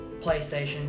PlayStation